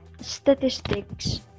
statistics